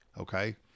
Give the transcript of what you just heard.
Okay